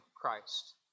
Christ